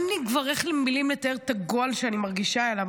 אין לי כבר מילים לתאר את הגועל שאני מרגישה אליו.